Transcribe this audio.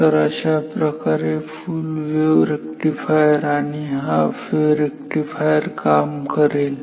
तर अशाप्रकारे full wave rectifier आणि हाफ वेव्ह रेक्टिफायर काम करेल